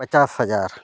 ᱯᱟᱪᱟᱥ ᱦᱟᱡᱟᱨ